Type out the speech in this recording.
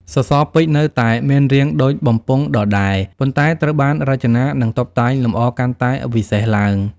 សសរពេជ្រនៅតែមានរាងមូលដូចបំពង់ដដែល ប៉ុន្តែត្រូវបានរចនា និងតុបតែងលម្អកាន់តែវិសេសឡើង។